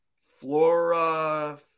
Flora